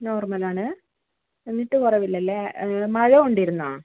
normal ആണ് എന്നിട്ടും കുറവില്ല അല്ലേ മഴ കൊണ്ടിരുന്നോ